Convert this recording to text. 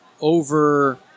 over